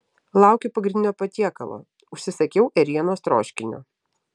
laukiu pagrindinio patiekalo užsisakiau ėrienos troškinio